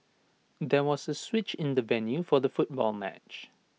there was A switch in the venue for the football match